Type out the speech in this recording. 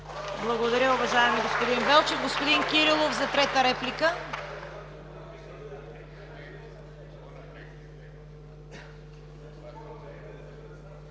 Благодаря, уважаеми господин Велчев. Господин Кирилов, за трета реплика.